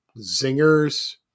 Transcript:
zingers